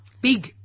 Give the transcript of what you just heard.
big